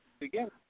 Again